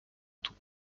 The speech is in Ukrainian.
тут